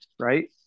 right